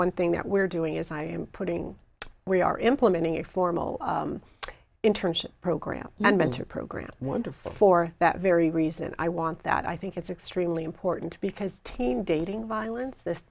one thing that we're doing is i am putting we are implementing a formal internship program and mentor program wonderful for that very reason i want that i think it's extremely important because teen dating violence this